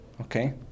Okay